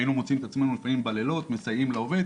היינו מוצאים את עצמינו לפעמים בלילות מסייעים לעובד,